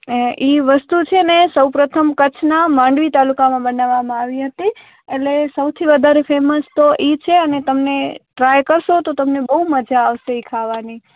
એ વસ્તુ છે ને સૌ પ્રથમ કચ્છનાં માંડવી તાલુકામાં બનાવવામાં આવી હતી એટલે સૌથી વધારે ફેમસ તો એ છે અને તમને ટ્રાય કરશો તો તમને બહુ મજા આવશે એ ખાવાની